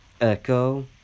echo